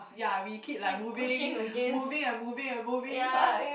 ya we keep like moving moving and moving and moving